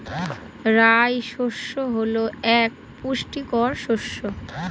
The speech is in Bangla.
রাই শস্য হল এক পুষ্টিকর শস্য